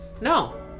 No